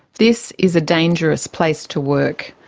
this is a dangerous place to work.